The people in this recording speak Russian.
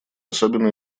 особенно